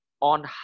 on